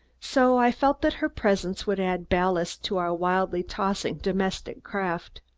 so i felt that her presence would add ballast to our wildly tossing domestic craft.